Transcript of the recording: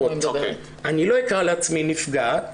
אני לא אקרא לעצמי נפגעת